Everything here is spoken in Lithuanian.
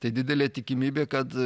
tai didelė tikimybė kad